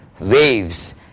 waves